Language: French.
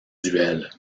duel